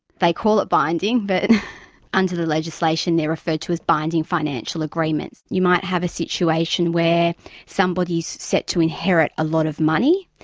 they call it binding, but under the legislation, they're referred to as binding financial agreements, you might have a situation where somebody's set to inherit a lot of money,